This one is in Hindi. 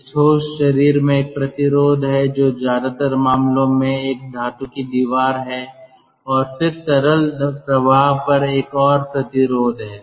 इस ठोस शरीर में एक प्रतिरोध है जो ज्यादातर मामलों में एक धातु की दीवार है और फिर तरल प्रवाह पर एक और प्रतिरोध है